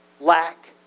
lack